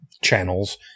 channels